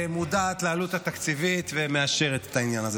מודעת לעלות התקציבית, ומאשרת את העניין הזה.